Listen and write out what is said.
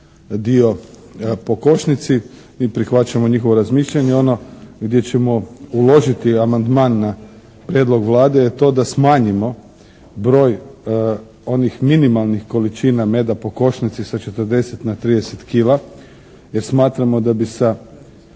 dio po košnici i prihvaćamo njihovo razmišljanje. Ono gdje ćemo uložiti amandman na prijedlog Vlade je to da smanjimo broj onih minimalnih količina meda po košnici sa 40 na 30 kila jer smatramo da bi sa